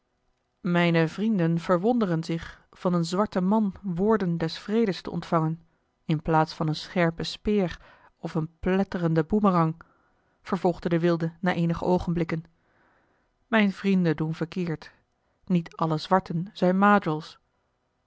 mijne vrienden verwonderen zich van een zwarten man woorden des vredes te ontvangen in plaats van eene scherpe speer of een pletterenden boemerang vervolgde de wilde na eenige oogenblikken mijne vrienden doen verkeerd niet alle zwarten zijn